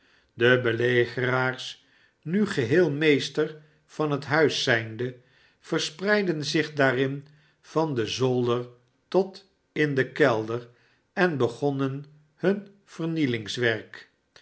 de belegeraars nu geheel meester van het huts zijnde verspreidder zich daarin van den zolder tot in den kelder en begonnen hun